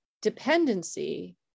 dependency